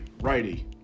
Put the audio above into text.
righty